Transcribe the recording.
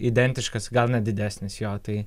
identiškas gal net didesnis jo tai